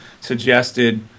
suggested